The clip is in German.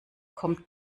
kommt